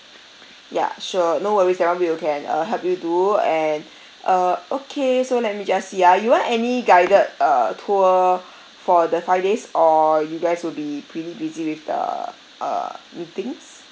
ya sure no worries that one we'll can uh help you do and uh okay so let me just see ah you want any guided uh tour for the five days or you guys will be pretty busy with the uh meetings